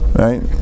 Right